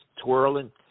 twirling